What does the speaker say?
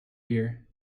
here